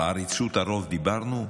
על עריצות הרוב דיברנו?